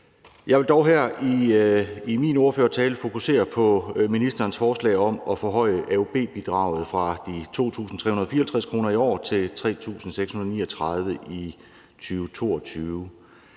Jeg vil dog her i min ordførertale fokusere på ministerens forslag om at forhøje AUB-bidraget fra de 2.354 kr. i år til 3.639 i 2022.